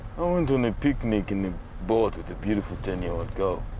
i went on a picnic in a boat with a beautiful ten year old girl.